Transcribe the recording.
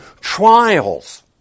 trials